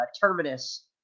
Terminus